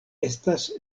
estas